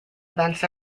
events